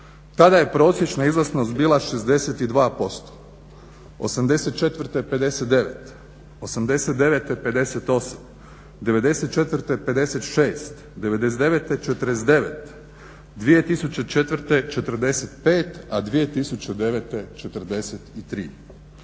tada je prosječna izlaznost bila 62%, 84. 59%, 89. 58%, 94. 56%, 99. 49%, 2004. 45%, a 2009. 43%.